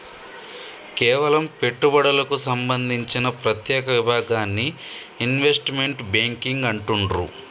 కేవలం పెట్టుబడులకు సంబంధించిన ప్రత్యేక విభాగాన్ని ఇన్వెస్ట్మెంట్ బ్యేంకింగ్ అంటుండ్రు